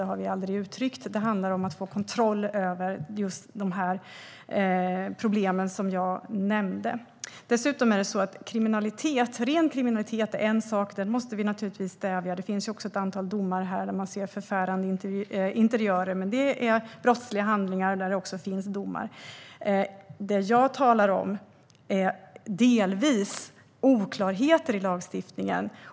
Det har vi aldrig uttryckt. Det handlar om att få kontroll över just de problem som jag nämnde. Ren kriminalitet är en sak. Den måste vi naturligtvis stävja. Det finns ett antal domar där man ser förfärande interiörer. Men det är brottsliga handlingar där det finns domar. Det jag talar om är delvis oklarheter i lagstiftningen.